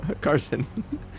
Carson